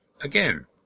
again